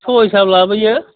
स' हिसाब लाबोयो